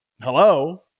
hello